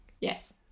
yes